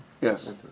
Yes